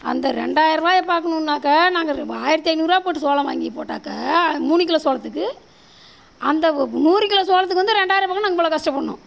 அந்த ரெண்டாயர ருபாய பார்க்கணுன்னாக்கா நாங்கள் ஆயிரத்தி ஐந்நூறுரூவா போட்டு சோளம் வாங்கி போட்டாக்க மூணு கிலோ சோளத்துக்கு அந்த நூறு கிலோ சோளத்துக்கு வந்து ரெண்டாயர ருபா பார்க்க நாங்கள் இவ்வளோ கஷ்டப்பட்ணும்